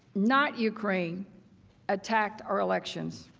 not ukraine attacked our elections.